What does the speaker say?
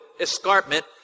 escarpment